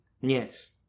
Yes